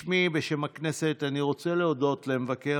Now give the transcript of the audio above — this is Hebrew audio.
בשמי ובשם הכנסת אני רוצה להודות למבקר